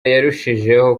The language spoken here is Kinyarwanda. yarushijeho